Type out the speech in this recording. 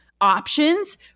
options